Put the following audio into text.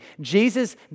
Jesus